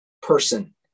person